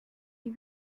die